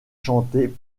chanté